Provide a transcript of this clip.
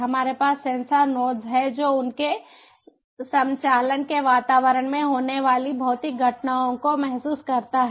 हमारे पास sensor nodes है जो उनके संचालन के वातावरण में होने वाली भौतिक घटनाओं को महसूस करता है